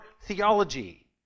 theology